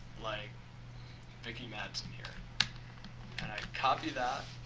like vickie madsen here and i copy that,